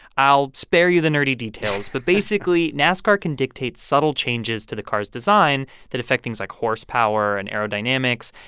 i'll spare you the nerdy details, but basically, nascar can dictate subtle changes to the car's design that affect things like horsepower and aerodynamics.